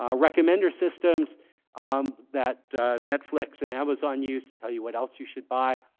ah recommender systems um that netflix and amazon use to tell you what else you should buy,